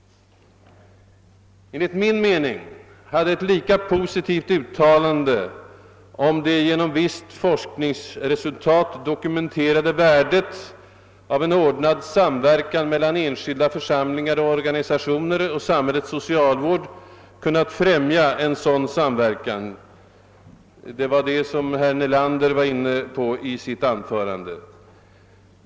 Enligt min mening hade ett lika positivt uttalande om det genom visst forskningsresultat dokumenterade värdet av en ordnad samverkan mellan enskilda församlingar och organisationer och samhällets socialvård kunnat främja en sådan samverkan — herr Nelander berörde detta i sitt anförande.